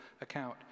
account